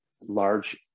large